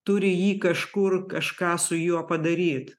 turi jį kažkur kažką su juo padaryt